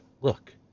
look